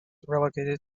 relegated